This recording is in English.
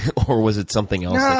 or was it something else yeah